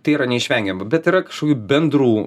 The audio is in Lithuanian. tai yra neišvengiama bet yra kažkokių bendrų